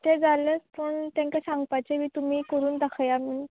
तें जालेंच पूण तेंकां सांगपाचें बी तुमी कोरून दाखया म्हूण